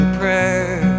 prayer